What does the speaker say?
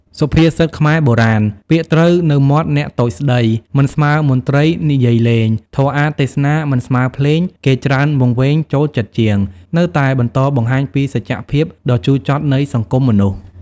សុភាសិតខ្មែរបុរាណ "ពាក្យត្រូវនៅមាត់អ្នកតូចស្តី មិនស្មើមន្ត្រី និយាយលេង ធម៌អាថ៌ទេសនា មិនស្មើភ្លេង គេច្រើនវង្វេង ចូលចិត្តជាង"នៅតែបន្តបង្ហាញពីសច្ចភាពដ៏ជូរចត់នៃសង្គមមនុស្ស។